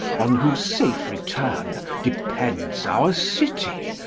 on whose safe return depends our city,